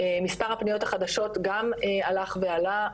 מספר הפניות החדשות גם הלך ועלה,